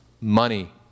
money